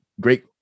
great